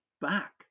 back